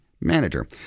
manager